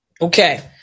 Okay